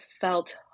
felt